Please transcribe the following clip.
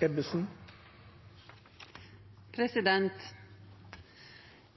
minutter.